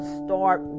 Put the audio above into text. start